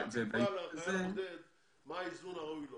כל אחד יודע מה האיזון הראוי לו.